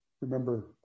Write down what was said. remember